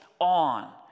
on